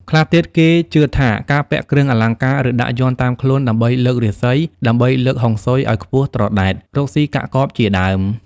ខ្លះទៀតគេជឿថាការពាក់គ្រឿងអលង្ការឬដាក់យ័ន្តតាមខ្លួនដើម្បីលើករាសីដើម្បីលើកហុងស៊ុយឲ្យខ្ពស់ត្រដែត រកសុីកាក់កបជាដើម